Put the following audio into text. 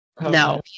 No